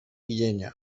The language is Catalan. llenya